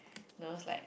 no it's like